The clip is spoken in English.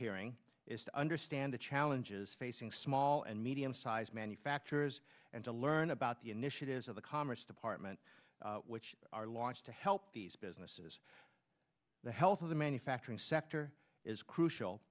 hearing is to understand the challenges facing small and medium sized manufacturers and to learn about the initiatives of the commerce department which are launched to help these businesses the health of the manufacturing sector is crucial